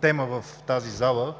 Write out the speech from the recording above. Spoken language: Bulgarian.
тема в тази зала